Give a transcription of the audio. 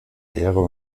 ehre